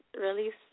release